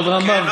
לא,